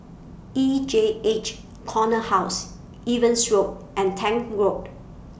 E J H Corner House Evans Road and Tank Road